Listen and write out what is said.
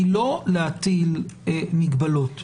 היא לא להטיל מגבלות,